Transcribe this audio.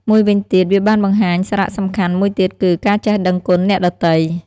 មួយវិញទៀត វាបានបង្ហាញសារៈសំខាន់មួយទៀតគឺ ការចេះដឹងគុណអ្នកដទៃ។